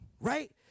right